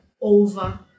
over